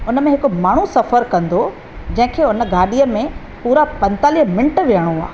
हुन में हिकु माण्हू सफ़रु कंदो जंहिं खे हुन गाॾीअ में पूरा पंजतालीह मिंट विहणो आहे